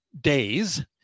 days